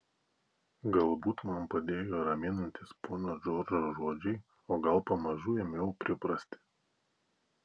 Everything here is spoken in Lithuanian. galbūt man padėjo raminantys pono džordžo žodžiai o gal pamažu ėmiau priprasti